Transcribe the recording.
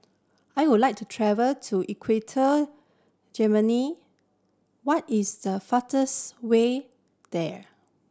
I would like to travel to Equatorial Guinea what is the fastest way there